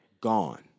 Gone